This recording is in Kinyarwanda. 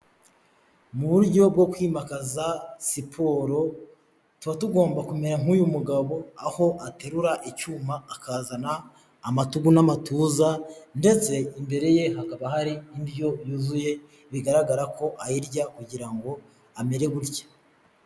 Mu buryo bwo kwimakaza siporo tuba tugomba kumera nk'uyu mugabo, aho aterura icyuma akazana amatugu n'amatuza, ndetse imbere ye hakaba hari indyo yuzuye bigaragara ko ayirya kugira ngo amere gutya.